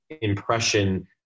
impression